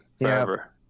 forever